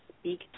speak